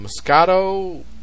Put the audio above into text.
Moscato